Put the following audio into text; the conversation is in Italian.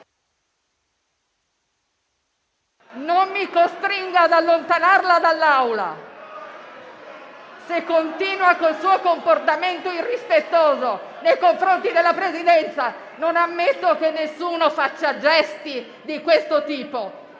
Non mi costringa ad allontanarla dall'Aula, se continua col suo comportamento irrispettoso nei confronti della Presidenza. Non ammetto che alcuno faccia gesti di questo tipo.